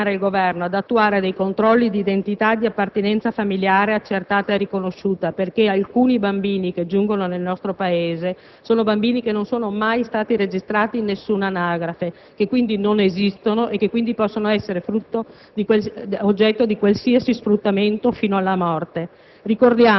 vuole impegnare il Governo ad attuare dei controlli di identità, di appartenenza familiare accertata e riconosciuta perché alcuni bambini che giungono nel nostro Paese non sono mai stati registrati in nessuna anagrafe: non esistono e, quindi, possono essere oggetto di qualsiasi sfruttamento, fino alla morte.